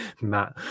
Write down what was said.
Matt